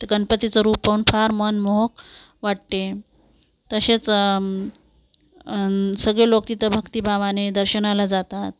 ते गणपतीचं रूप पाहून फार मनमोहक वाटते तसेच सगळे लोक तिथं भक्तीभावाने दर्शनाला जातात